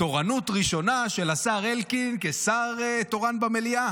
תורנות ראשונה של השר אלקין כשר תורן במליאה,